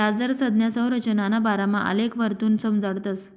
याजदर संज्ञा संरचनाना बारामा आलेखवरथून समजाडतस